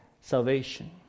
salvation